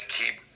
keep